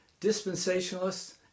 dispensationalists